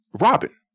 Robin